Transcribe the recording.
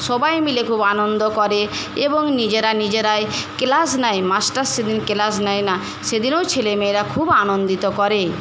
সবাই মিলে খুব আনন্দ করে এবং নিজেরা নিজেরাই ক্লাস নেয় মাস্টার সেদিন ক্লাস নেয় না সেদিনও ছেলেমেয়েরা খুব আনন্দিত করে